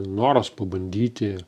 noras pabandyti